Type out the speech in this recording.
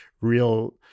real